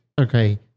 okay